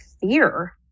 fear